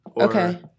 Okay